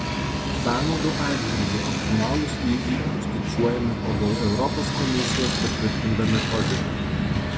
sąnaudų atžvilgiu optimalūs lygiai apskaičiuojami pagal europos komisijos patvirtintą metodiką